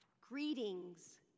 greetings